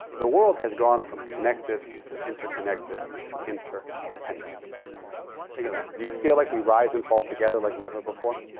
the world has gone from connected to interconnected to interdependent. think on that. do you feel like we rise and fall together like never before?